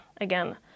again